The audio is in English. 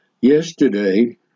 Yesterday